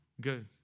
good